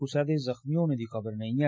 कुसै दे जख्मी होने दी कोई खबर नेई ऐ